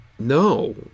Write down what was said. No